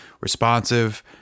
responsive